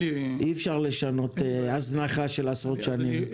אי אפשר לשנות הזנחה של עשרות שנים.